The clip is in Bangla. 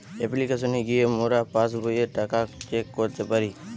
অপ্লিকেশনে গিয়ে মোরা পাস্ বইয়ের টাকা চেক করতে পারি